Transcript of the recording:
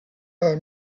old